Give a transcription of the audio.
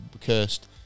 cursed